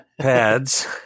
pads